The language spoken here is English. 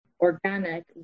organic